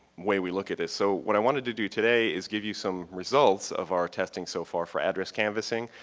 way we look at this. so what i wanted to do today is give you some results of our testing so far for address canvassing.